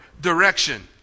direction